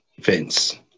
Vince